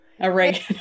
Oregano